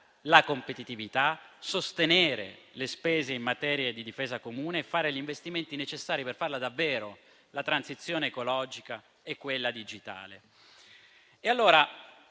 la competitività, sostenere le spese in materia di difesa comune e fare gli investimenti necessari per fare davvero la transizione ecologica e quella digitale.